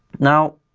now,